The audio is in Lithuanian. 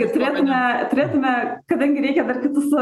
ir turėtumėme turėtumėme kadangi reikia dar kitus